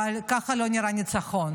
אבל ככה לא נראה ניצחון.